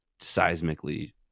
seismically